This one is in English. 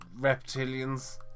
reptilians